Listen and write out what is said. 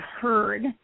heard